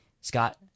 Scott